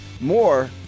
more